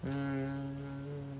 mm